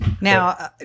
Now